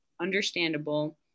understandable